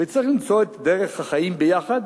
וצריך למצוא את דרך החיים יחד,